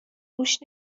گوش